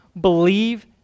believe